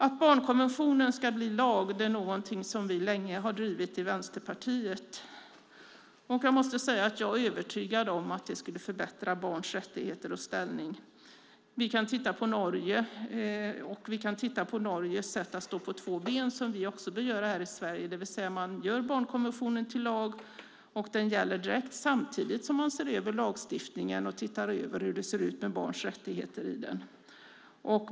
Att barnkonventionen ska bli lag är något som Vänsterpartiet länge har drivit. Jag är övertygad om att det skulle förbättra barns rättigheter och ställning. Vi bör göra som i Norge där man har gjort barnkonventionen till lag och samtidigt tittat över lagstiftningen för att se hur det står till med barns rättigheter i den.